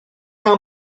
how